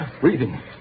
breathing